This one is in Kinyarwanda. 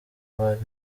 bari